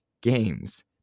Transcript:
Games